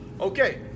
Okay